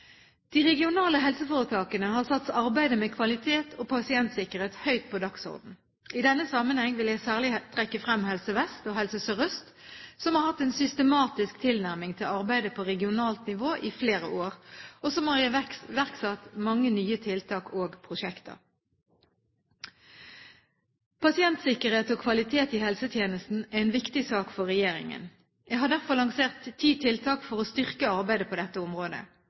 De regionale helseforetakene har satt arbeidet med kvalitet og pasientsikkerhet høyt på dagsordenen. I denne sammenheng vil jeg særlig trekke frem Helse Vest og Helse Sør-Øst, som har hatt en systematisk tilnærming til arbeidet på regionalt nivå i flere år, og som har iverksatt mange nye tiltak og prosjekter. Pasientsikkerhet og kvalitet i helsetjenesten er en viktig sak for regjeringen. Jeg har derfor lansert ti tiltak for å styrke arbeidet på dette området.